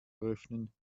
eröffnen